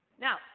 now